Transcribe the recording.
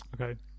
Okay